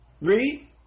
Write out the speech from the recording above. Read